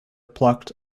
plucked